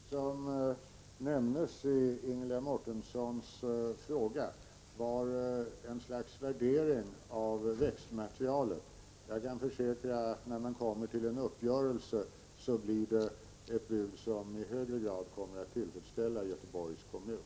Herr talman! Det bud som nämndes i Ingela Mårtenssons fråga var ett slags värdering av växtmaterialet. Jag kan försäkra att när man kommer till en uppgörelse blir det ett bud som i högre grad kommer att tillfredsställa Göteborgs kommun.